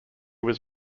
was